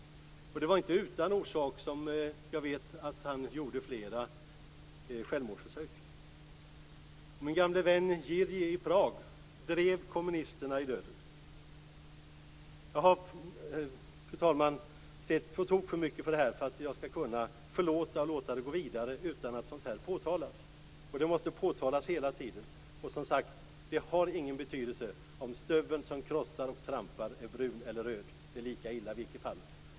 Jag vet att det inte var utan orsak som han gjorde flera självmordsförsök. Och min gamle vän Jag har, fru talman, sett på tok för mycket av sådant här för att jag skall kunna förlåta och låta det gå vidare utan att det påtalas. Det måste påtalas hela tiden. Och, som sagt, det har ingen betydelse om stöveln som krossar och trampar är brun eller röd, det är lika illa i båda fallen.